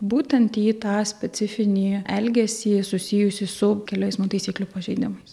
būtent į tą specifinį elgesį susijusį su kelių eismo taisyklių pažeidimais